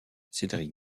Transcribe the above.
cédric